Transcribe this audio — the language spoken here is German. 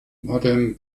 moudon